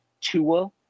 Tua